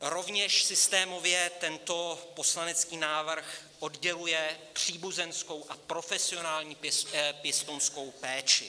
Rovněž systémově tento poslanecký návrh odděluje příbuzenskou a profesionální pěstounskou péči.